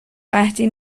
قحطی